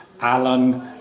Alan